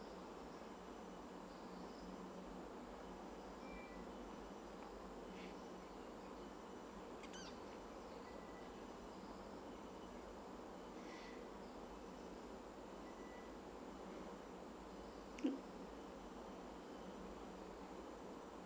mm